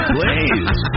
Please